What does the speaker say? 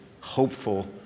hopeful